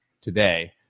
today